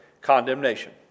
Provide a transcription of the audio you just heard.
condemnation